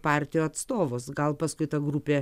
partijų atstovus gal paskui ta grupė